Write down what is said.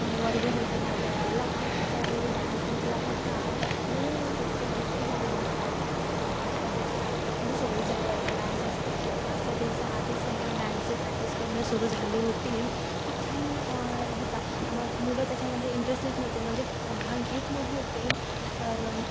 वर्ग होता माझावाला तर मी डान्स घेतला होता त्या म्हणजे म्हणजे मी तिसरीमध्ये तोच डान्स घेतला होता पाच सहा दिवसाआधी म्हणजे सव्वीस जानेवारीला डान्स असते पाच सहा दिवसाआधीच नाही का डान्सची प्रॅक्टिस करणं सुरू झाली होती खूप छान होता आणि मुलं त्याच्यामध्ये इंटरेस्टच नव्हते म्हणजे भाग घेत नव्हते तर